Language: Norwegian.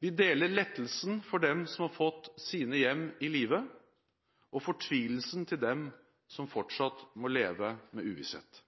vi deler lettelsen hos dem som har fått sine hjem i live og fortvilelsen til dem som fortsatt må leve i uvisshet.